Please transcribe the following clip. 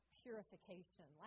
purification